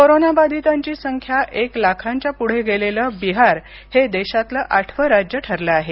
कोरोनाबाधितांची संख्या एक लाखांच्या पुढे गेलेलं बिहार हे देशातलं आठवं राज्य ठरलं आहे